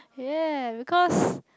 ya because